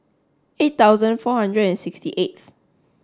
eight thousand four hundred and sixty eighth